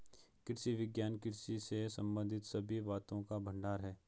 कृषि विज्ञान कृषि से संबंधित सभी बातों का भंडार है